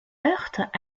heurtent